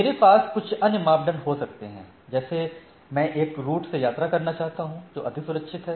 मेरे पास कुछ अन्य मानदंड हो सकते हैं जैसे मैं एक ऐसे रूट से यात्रा करना चाहता हूं जो अधिक सुरक्षित है